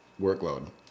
workload